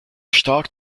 stark